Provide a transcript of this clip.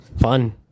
Fun